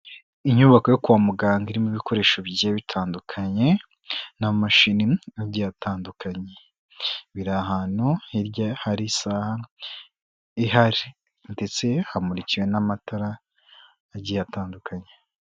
Inyubako yo kwa muganga irimo ibikoresho bigiye bitandukanye n'amamashini agiye atandukanye, biri ahantu hirya hari isaha ihari, ndetse hamurikiwe n'amatara agiye atandukanye.